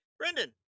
Brendan